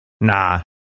Nah